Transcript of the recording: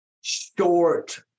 short